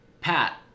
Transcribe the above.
Pat